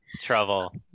trouble